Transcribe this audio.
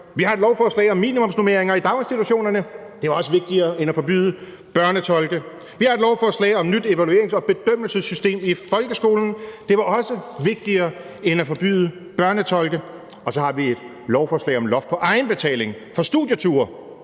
Vi har et lovforslag om minimumsnormeringer i daginstitutionerne – det var også vigtigere end at forbyde børnetolke. Vi har et lovforslag om et nyt evaluerings- og bedømmelsessystem i folkeskolen – det var også vigtigere end at forbyde børnetolke. Og så har vi et lovforslag om loft over egenbetaling for studieture